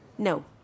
No